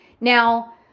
Now